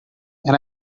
and